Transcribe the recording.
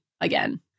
again